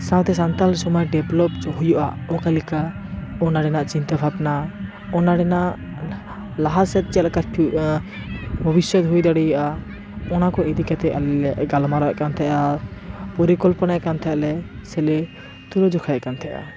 ᱥᱟᱶᱛᱮ ᱥᱟᱱᱛᱟᱲ ᱥᱚᱢᱟᱡᱽ ᱰᱮᱵᱞᱚᱵᱷ ᱦᱩᱭᱩᱜᱼᱟ ᱚᱠᱟ ᱞᱮᱠᱟ ᱚᱱᱟ ᱨᱤᱱᱟᱜ ᱪᱤᱱᱛᱟᱹ ᱵᱷᱟᱵᱱᱟ ᱚᱱᱟ ᱨᱤᱱᱟᱜ ᱞᱟᱦᱟ ᱥᱮᱫ ᱪᱮᱫ ᱞᱮᱠᱟ ᱵᱷᱚᱵᱤᱫᱥᱚᱛ ᱦᱩᱭ ᱫᱟᱲᱮᱭᱟᱜᱼᱟ ᱚᱱᱟᱠᱩ ᱤᱫᱤ ᱠᱟᱛᱮ ᱟᱞᱮᱞᱮ ᱜᱟᱞᱢᱟᱨᱟᱣᱮᱫ ᱛᱟᱦᱮᱱᱟ ᱟᱨ ᱯᱚᱨᱤᱠᱚᱞᱯᱚᱱᱟ ᱮᱫ ᱛᱮᱦᱮᱱᱟᱞᱮ ᱥᱮ ᱞᱮ ᱛᱩᱞᱟᱹᱡᱚᱠᱷᱟ ᱮᱫ ᱛᱮᱦᱮᱱᱟ